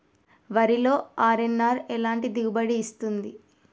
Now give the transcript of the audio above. వరిలో అర్.ఎన్.ఆర్ ఎలాంటి దిగుబడి ఇస్తుంది?